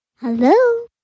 Hello